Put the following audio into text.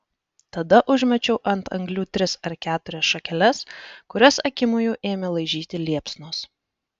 tada užmečiau ant anglių tris ar keturias šakeles kurias akimoju ėmė laižyti liepsnos